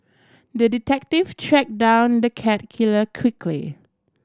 the detective tracked down the cat killer quickly